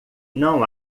não